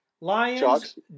lions